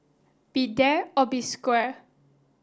be there or be square